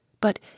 but